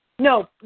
No